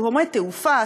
גורמי תעופה,